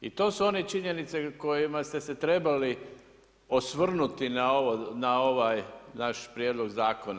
I to su one činjenice kojima ste se trebali osvrnuti na ovaj naš prijedlog zakona.